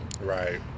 right